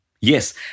Yes